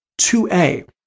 2a